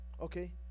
okay